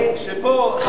שבו, סליחה.